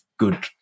good